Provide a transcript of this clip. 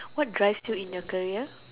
what drives you in your career